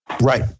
Right